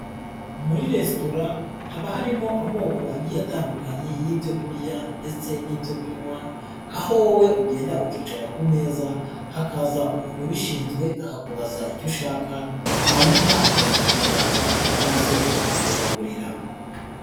Muri resitora haba harimo amoko agiye atandukanye y'ibyo kurya ndetse n'ibyo kunywa, aho wowe ugenda ukicara ku meza hakaza umuntu ubishinzwe akakubaza icyo ushaka hanyuma akakikuzanira maze akakugaburira.